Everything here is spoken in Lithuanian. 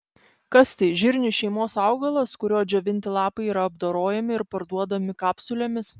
kas tai žirnių šeimos augalas kurio džiovinti lapai yra apdorojami ir parduodami kapsulėmis